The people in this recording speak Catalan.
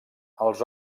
els